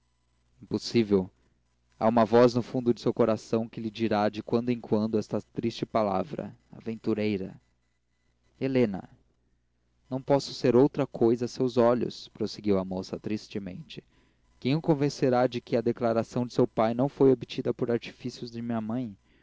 impossível há uma voz no fundo de seu coração que lhe dirá de quando em quando esta triste palavra aventureira helena não posso ser outra coisa a seus olhos prosseguiu a moça tristemente quem o convencerá de que a declaração de seu pai não foi obtida por artifício de minha mãe